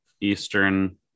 Eastern